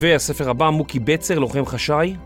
והספר הבא מוקי בצר, לוחם חשאי